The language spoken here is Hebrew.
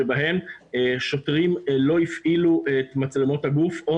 שבהם שוטרים לא הפעילו את מצלמות הגוף או